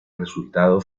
resultado